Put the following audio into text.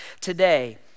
today